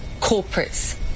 corporates